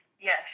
Yes